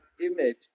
image